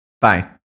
bye